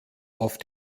auf